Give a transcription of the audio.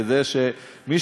שמי